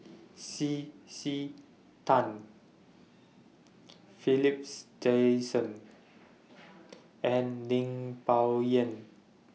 C C Tan Philips Jason and Lim Bo Yam